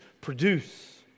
produce